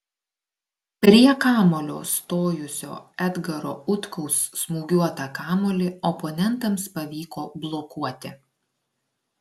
prie kamuolio stojusio edgaro utkaus smūgiuotą kamuolį oponentams pavyko blokuoti